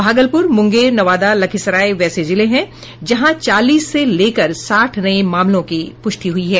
भागलपुर मुंगेर नवादा लखीसराय वैसे जिले हैं जहां चालीस से लेकर साठ नये मामलों की प्रष्टि हुई है